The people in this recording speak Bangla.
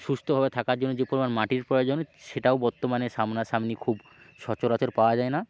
সুস্থভাবে থাকার জন্য যে পরিমাণ মাটির প্রয়োজন সেটাও বর্তমানে সামনাসামনি খুব সচরাচর পাওয়া যায় না